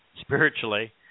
Spiritually